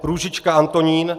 Růžička Antonín